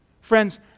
Friends